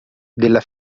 della